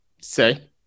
Say